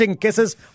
kisses